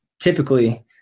typically